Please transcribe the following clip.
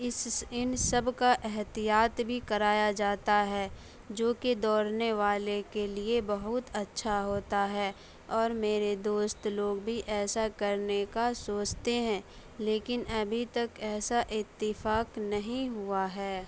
اس ان سب کا احتیاط بھی کرایا جاتا ہے جو کہ دوڑنے والے کے لیے بہت اچّھا ہوتا ہے اور میرے دوست لوگ بھی ایسا کرنے کا سوچتے ہیں لیکن ابھی تک ایسا اتفاق نہیں ہوا ہے